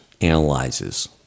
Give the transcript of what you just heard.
analyzes